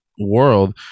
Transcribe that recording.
world